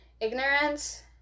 ignorance